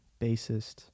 bassist